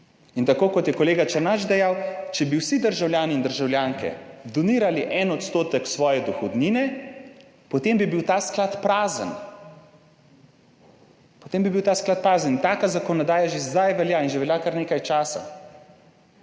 In tako, kot je kolega Černač dejal, če bi vsi državljani in državljanke donirali en odstotek svoje dohodnine, potem bi bil ta sklad prazen, potem bi bil ta sklad prazen in taka zakonodaja že zdaj velja in že velja kar nekaj časa.